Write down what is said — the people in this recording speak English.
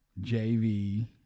JV